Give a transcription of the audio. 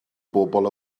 bobl